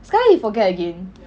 sekali he forget again